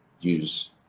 use